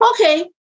okay